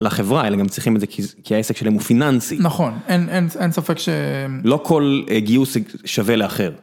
לחברה, אלא גם צריכים את זה כי העסק שלהם הוא פיננסי. נכון, אין ספק ש... לא כל גיוס שווה לאחר.